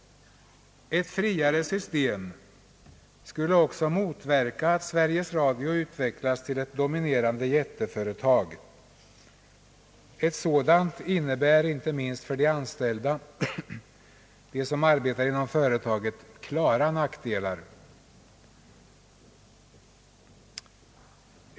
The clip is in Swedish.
Ett friare system skulle också motverka att Sveriges Radio utvecklas till ett dominerande jätteföretag. Ett sådant innebär — inte minst för de anställda inom företaget — klara nackdelar.